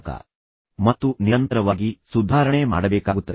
ಮತ್ತು ಪ್ರಾರಂಭಿಸಿದ ನಂತರ ನೀವು ನಿರಂತರವಾಗಿ ಸುಧಾರಣೆ ಮಾಡಬೇಕಾಗುತ್ತದೆ